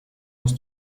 muss